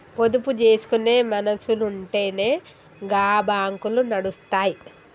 పొదుపు జేసుకునే మనుసులుంటెనే గా బాంకులు నడుస్తయ్